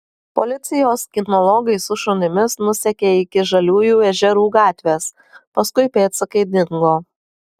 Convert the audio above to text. policijos kinologai su šunimis nusekė iki žaliųjų ežerų gatvės paskui pėdsakai dingo